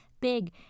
big